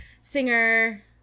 singer